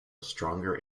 stronger